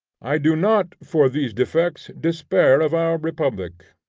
i do not for these defects despair of our republic.